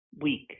week